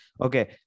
okay